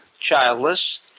childless